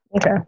Okay